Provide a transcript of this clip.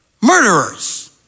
murderers